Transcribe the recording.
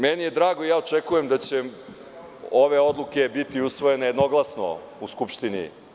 Meni je drago i očekujem da će ove odluke biti usvojene jednoglasno u Skupštini.